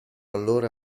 allora